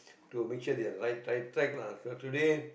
to make sure they are right track lah so today